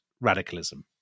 radicalism